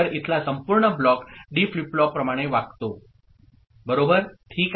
तर इथला संपूर्ण ब्लॉक डी फ्लिप फ्लॉप प्रमाणे वागतो ओके